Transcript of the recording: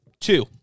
Two